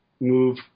move